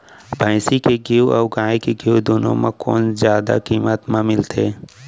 भैंसी के घीव अऊ गाय के घीव दूनो म कोन जादा किम्मत म मिलथे?